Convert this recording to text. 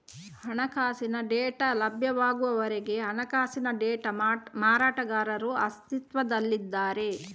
ಹಣಕಾಸಿನ ಡೇಟಾ ಲಭ್ಯವಾಗುವವರೆಗೆ ಹಣಕಾಸಿನ ಡೇಟಾ ಮಾರಾಟಗಾರರು ಅಸ್ತಿತ್ವದಲ್ಲಿದ್ದಾರೆ